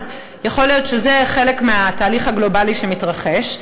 אז יכול להיות שזה חלק מהתהליך הגלובלי שמתרחש.